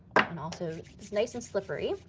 and also it's nice and slippery.